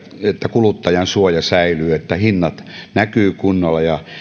kuluttajansuoja säilyy että hinnat näkyvät kunnolla ja